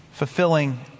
fulfilling